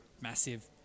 massive